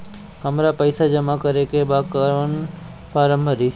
हमरा पइसा जमा करेके बा कवन फारम भरी?